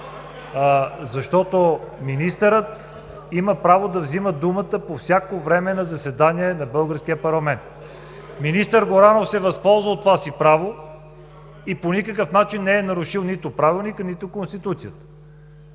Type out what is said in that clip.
имаме. Министърът има право да взема думата по всяко време на заседание на българския парламент. Министър Горанов се възползва от това си право и по никакъв начин не е нарушил нито Правилника, нито Конституцията.